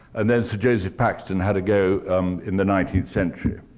and then sir joseph paxton had a go in the nineteenth century.